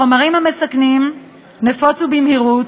החומרים המסכנים נפוצו במהירות,